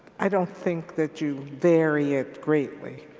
i don't think that you vary it greatly.